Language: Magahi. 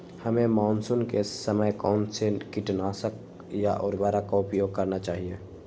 हमें मानसून के समय कौन से किटनाशक या उर्वरक का उपयोग करना चाहिए?